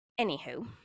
anywho